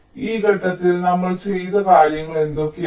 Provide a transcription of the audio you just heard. ഈ ഘട്ടത്തിൽ നമ്മൾ ചെയ്ത കാര്യങ്ങൾ എന്തൊക്കെയാണ്